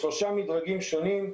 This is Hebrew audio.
בשלושה מדרגים שונים,